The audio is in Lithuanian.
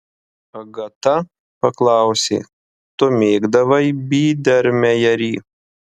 agata paklausė tu mėgdavai bydermejerį